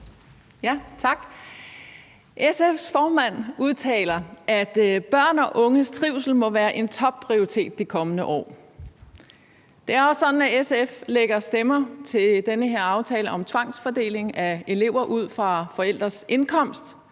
: Tak. SF's formand udtaler, at børn og unges trivsel må være en topprioritet de kommende år. Det er også sådan, at SF lægger stemmer til den her aftale om tvangsfordeling af elever ud fra forældres indkomst,